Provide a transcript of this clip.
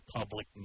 public